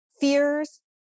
fears